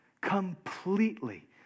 completely